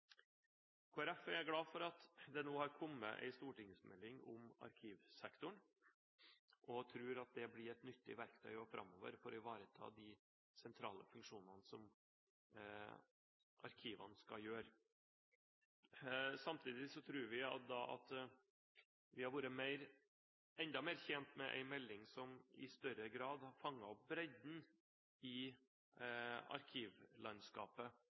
er glad for at det nå har kommet en stortingsmelding om arkivsektoren, og tror at den blir et nyttig verktøy framover for å ivareta de sentrale funksjonene som arkivene skal ha. Samtidig tror vi at vi hadde vært enda mer tjent med en melding som i større grad hadde fanget opp bredden i arkivlandskapet,